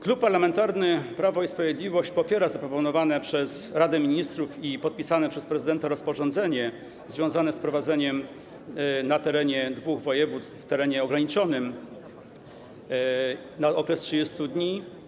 Klub Parlamentarny Prawo i Sprawiedliwość popiera zaproponowane przez Radę Ministrów i podpisane przez prezydenta rozporządzenie związane z wprowadzeniem na terenie dwóch województw, na terenie ograniczonym, na okres 30 dni.